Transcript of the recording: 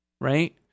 right